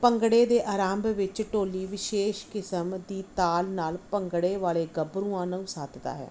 ਭੰਗੜੇ ਦੇ ਆਰੰਭ ਵਿੱਚ ਢੋਲੀ ਵਿਸ਼ੇਸ਼ ਕਿਸਮ ਦੀ ਤਾਲ ਨਾਲ ਭੰਗੜੇ ਵਾਲੇ ਗੱਭਰੂਆਂ ਨੂੰ ਸੱਦਦਾ ਹੈ